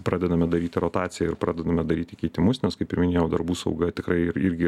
pradedame daryti rotaciją ir pradedame daryti keitimus nes kaip ir minėjau darbų sauga tikrai ir irgi